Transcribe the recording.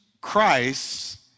Christ